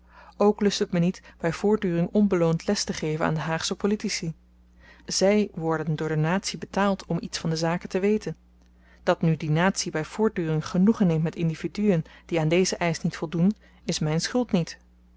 ook lust het me niet by voortduring onbeloond les te geven aan de haagsche politici zy worden door de natie betaald om iets van de zaken te weten dat nu die natie by voortduring genoegen neemt met individuën die aan dezen eisch niet voldoen is myn schuld niet